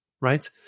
right